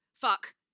fuck